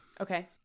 Okay